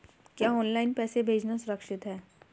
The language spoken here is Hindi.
क्या ऑनलाइन पैसे भेजना सुरक्षित है?